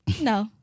No